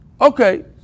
Okay